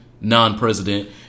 Non-president